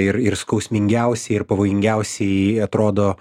ir ir skausmingiausiai ir pavojingiausiai atrodo